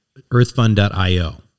Earthfund.io